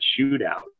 shootout